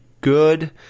good